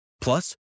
Plus